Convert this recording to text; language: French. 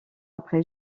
après